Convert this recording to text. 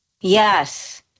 Yes